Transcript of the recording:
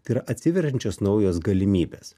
tai yra atsiveriančios naujos galimybės